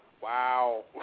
wow